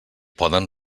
poden